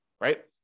right